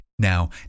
Now